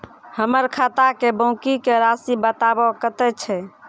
हमर खाता के बाँकी के रासि बताबो कतेय छै?